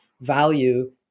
value